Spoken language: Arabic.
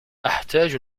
أحتاج